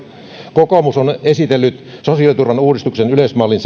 kokoomus on on esitellyt sosiaaliturvan uudistuksen yleismallin